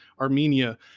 Armenia